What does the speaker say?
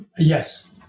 Yes